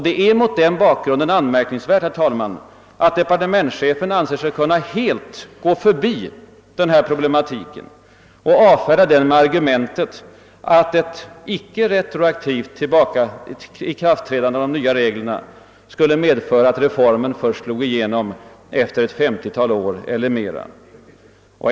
Det är mot den bakgrunden anmärkningsvärt, herr talman, att departementschefen anser sig kunna helt gå förbi den här problematiken och avfärda den med argumentet att ett ickeretroaktivt ikraftträdande av de nya reglerna skulle medföra att reformen först sloge igenom efter ett femtiotal år eller mera.